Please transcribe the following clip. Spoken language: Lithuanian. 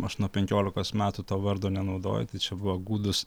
aš nuo penkiolikos metų to vardo nenaudoju tai čia buvo gūdūs